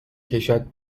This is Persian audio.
کشد